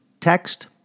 text